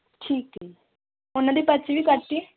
ਠੀਕ ਹੈ ਉਹਨਾਂ ਦੀ ਪਰਚੀ ਵੀ ਕੱਟ ਦਈਏ